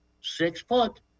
six-foot